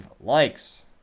likes